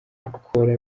gukora